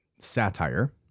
satire